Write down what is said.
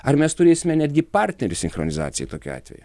ar mes turėsime netgi partnerius sinchronizacijai tokiu atveju